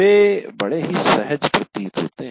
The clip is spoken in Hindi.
वे बड़े ही सहज प्रतीत होते हैं